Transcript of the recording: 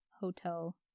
Hotel